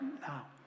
now